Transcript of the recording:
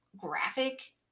graphic